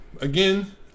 again